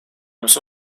jums